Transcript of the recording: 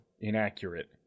inaccurate